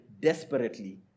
desperately